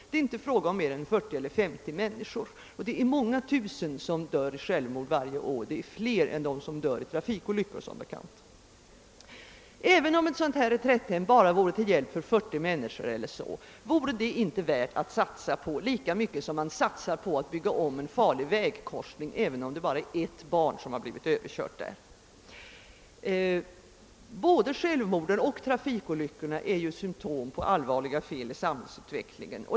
Det är inte fråga om mer än 40 eller 50 människor i detta fall, medan många tusen människor dör i självmord varje år — fler än de som dör i trafikolyckor som bekant. Men även om ett sådant här reträtthem vore till hjälp för 40 människor, så vore det värt att satsa på lika väl som man satsar på att bygga om en farlig vägkorsning, även om det bara är ett enda barn som blivit överkört där. Både självmorden och trafikolyckorna är ju symptom på allvarliga fel i samhällsutvecklingen.